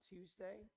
Tuesday